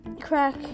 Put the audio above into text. Crack